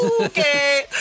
Okay